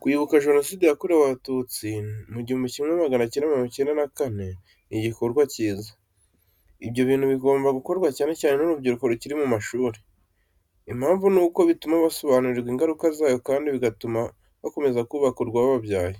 Kwibuka genoside yakorewe Abatutsi mu gihumbi kimwe magana cyenda mirongo icyenda na kane, ni igikorwa cyiza. Ibyo ni ibintu bigomba gukorwa cyane cyane n'urubyiruko rukiri mu mashuri. Impamvu nuko bituma basobanurirwa ingaruka zayo kandi bigatuma bakomeza kubaka urwababyaye.